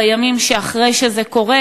בימים שאחרי שזה קורה,